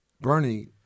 Bernie